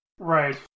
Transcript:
Right